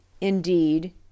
Indeed